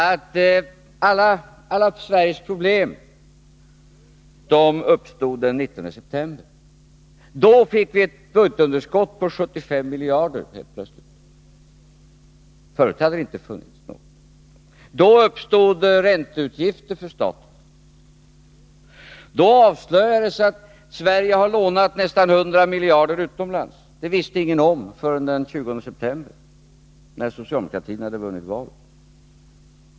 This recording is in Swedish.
Alla Sveriges problem uppstod den 19 september. Då fick vi ett budgetunderskott på 75 miljarder helt plötsligt. Förut hade det inte funnits. Då uppstod ränteutgifter för 53 staten, och då avslöjades det att Sverige har lånat nästan 100 miljarder utomlands. Det visste ingen om förrän den 20 september, när socialdemokratin hade vunnit valet.